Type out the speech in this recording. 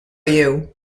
you